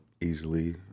easily